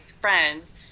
friends